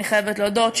אני חייבת להודות.